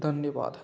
धन्यवाद